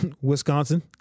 Wisconsin